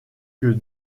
que